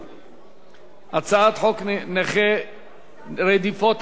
הצעת חוק נכי רדיפות הנאצים (תיקון,